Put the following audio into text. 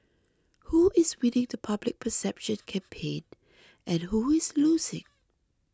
who is winning the public perception campaign and who is losing